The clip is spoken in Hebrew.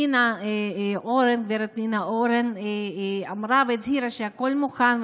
גב' דינה אורן אמרה והצהירה שהכול מוכן,